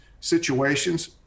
situations